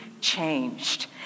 changed